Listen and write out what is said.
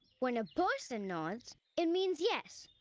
when a person nods it means yes.